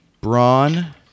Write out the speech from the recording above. brawn